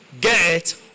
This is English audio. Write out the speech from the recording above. get